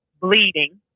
bleeding